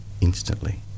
instantly